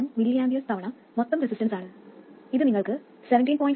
1 mA തവണ മൊത്തം resistance ആണ് അത് നിങ്ങൾക്ക് 17